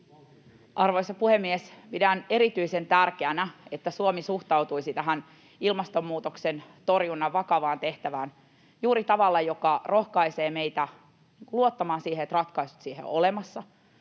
Arvoisa puhemies! Pidän erityisen tärkeänä, että Suomi suhtautuisi tähän ilmastonmuutoksen torjunnan vakavaan tehtävään juuri tavalla, joka rohkaisee meitä luottamaan siihen, että ratkaisut siihen ovat olemassa.